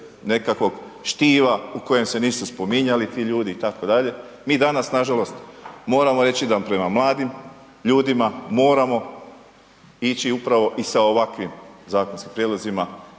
nekakvog štiva u kojem se nisu spominjali ti ljudi i tako dalje, mi danas nažalost moramo reći da prema mladim ljudima moramo ići upravo i sa ovakvim zakonskim prijedlozima